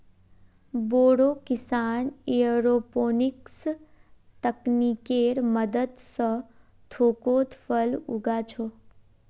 बोरो किसान एयरोपोनिक्स तकनीकेर मदद स थोकोत फल उगा छोक